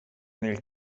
nel